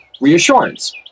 reassurance